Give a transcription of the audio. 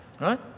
Right